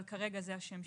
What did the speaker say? אבל כרגע זה השם שיש.